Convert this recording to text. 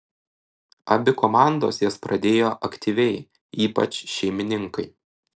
abi komandos jas pradėjo aktyviai ypač šeimininkai